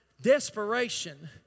desperation